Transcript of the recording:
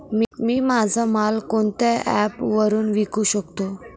मी माझा माल कोणत्या ॲप वरुन विकू शकतो?